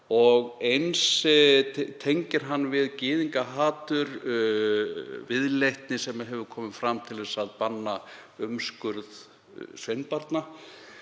á. Eins tengir hann við gyðingahatur viðleitni sem komið hefur fram til að banna umskurð sveinbarna,